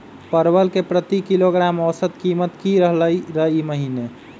परवल के प्रति किलोग्राम औसत कीमत की रहलई र ई महीने?